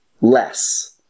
less